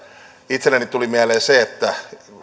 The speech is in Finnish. itselleni tuli mieleen se että kun käytimme